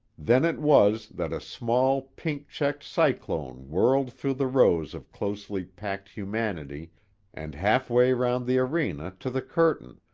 then it was that a small, pink-checked cyclone whirled through the rows of closely packed humanity and half-way round the arena to the curtain,